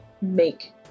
make